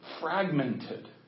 fragmented